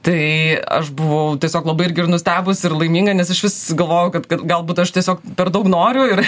tai aš buvau tiesiog labai irgi ir nustebus ir laiminga nes išvis galvojau kad galbūt aš tiesiog per daug noriu ir